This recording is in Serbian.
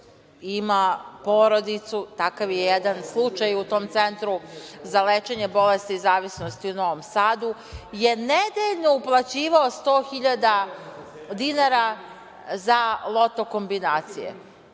ima porodicu, takav je jedan slučaj u tom centru za lečenje bolesti zavisnosti u Novom Sadu, je nedeljno uplaćivao sto hiljada dinara za „Loto“ kombinacije.